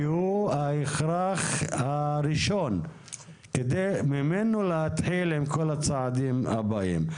שהוא ההכרח הראשון וממנו להתחיל את כל הצעדים הבאים.